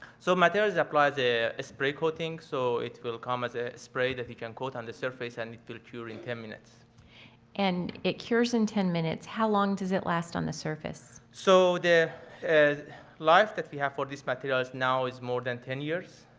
so materials apply the spray coating so it will come as a spray that you can coat on the surface and it will cure in ten minutes and it cures in ten minutes how long does it last on the surface? so the life that we have for these materials now is more than ten years.